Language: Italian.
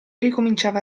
ricominciava